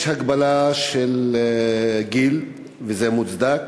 יש הגבלה של גיל, וזה מוצדק,